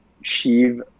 achieve